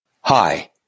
Hi